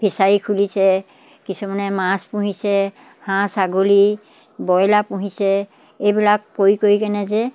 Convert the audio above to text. fishery খুলিছে কিছুমানে মাছ পুহিছে হাঁহ ছাগলী বইলাৰ পুহিছে এইবিলাক কৰি কৰি কেনে যে